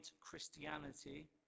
Christianity